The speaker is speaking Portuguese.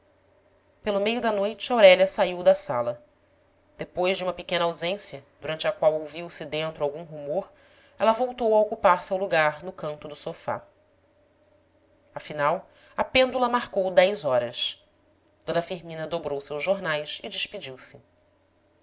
pelo meio da noite aurélia saiu da sala depois de uma pequena ausência durante a qual ouviu-se dentro algum rumor ela voltou a ocupar seu lugar no canto do sofá afinal a pêndula marcou dez horas d firmina dobrou seus jornais e despediu-se